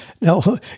Now